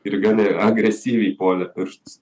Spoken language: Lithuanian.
ir gana agresyviai puolė pirštus